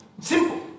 Simple